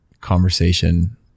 conversation